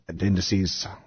indices